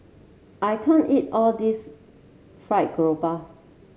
I can't eat all this fried grouper